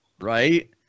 right